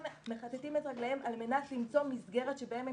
הם מכתתים רגליהם על מנת למצוא מסגרת בה הם